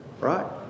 Right